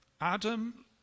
Adam